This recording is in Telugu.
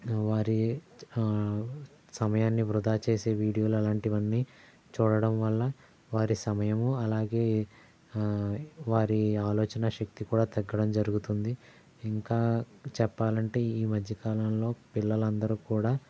వారి సమయాన్ని వృదా చేసే వీడియోలు అలాంటివన్ని చూడడం వల్ల వారి సమయాము ఆలాగే వారి ఆలోచన శక్తి కూడా తగ్గటం జరుగుతుంది ఇంకా చెప్పాలంటే ఈ మధ్య కాలంలో పిల్లలు అందరూ కూడా